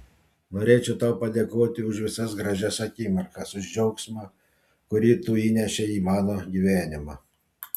norėčiau tau padėkoti už visas gražias akimirkas už džiaugsmą kurį tu įnešei į mano gyvenimą